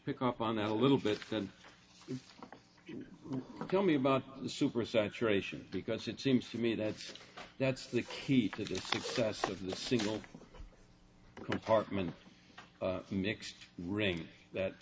pick up on that a little bit can you tell me about the super saturation because it seems to me that that's the key to success of the single compartment mixed ring that